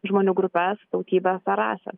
žmonių grupes tautybes ar rasę